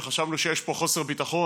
וחשבנו שיש פה חוסר ביטחון,